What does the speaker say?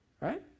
right